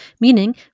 meaning